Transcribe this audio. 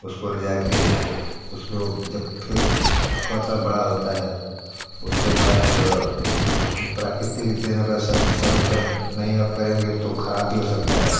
उसको ले जाके उसको जब फिर थोड़ा थोड़ा बड़ा होता है उसके बाद उस प्राकृतिक देन अगर सब समय पर नहीं आप करेंगे तो ख़राब भी हो सकता है